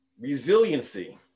Resiliency